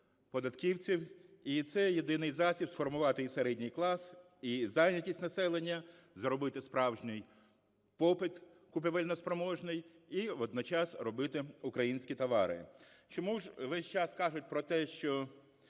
І це і єдиний засіб сформувати і середній клас, і зайнятість населення, зробити справжній попит купівельноспроможний і водночас робити українські товари. Чому ж весь час кажуть про те, що